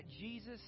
Jesus